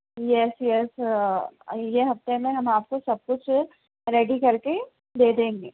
یس yes یہ ہفتے میں ہم آپ کو سب کچھ ریڈی کر کے دے دیں گے